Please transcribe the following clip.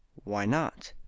why not?